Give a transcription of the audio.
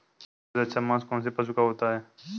सबसे अच्छा मांस कौनसे पशु का होता है?